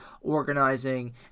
organizing